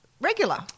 regular